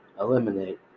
eliminate